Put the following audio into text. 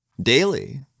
daily